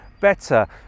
better